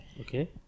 Okay